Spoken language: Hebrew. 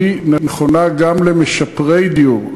היא נכונה גם למשפרי דיור,